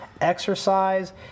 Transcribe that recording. exercise